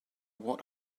what